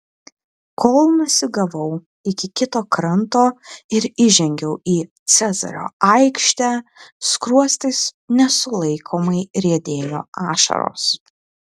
kol nusigavau iki kito kranto ir įžengiau į cezario aikštę skruostais nesulaikomai riedėjo ašaros